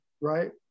right